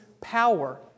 power